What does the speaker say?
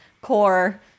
core